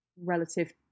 relative